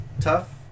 tough